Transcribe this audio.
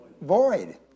Void